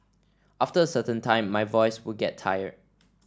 after a certain time my voice would get tired